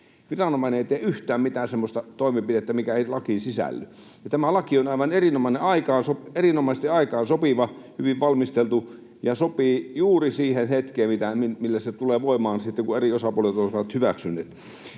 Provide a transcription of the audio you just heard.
Viranomainen ei tee yhtään mitään semmoista toimenpidettä, mikä ei lakiin sisälly, ja tämä laki on aivan erinomaisesti aikaan sopiva ja hyvin valmisteltu ja sopii juuri siihen hetkeen, millä se tulee voimaan, sitten kun eri osapuolet ovat sen hyväksyneet.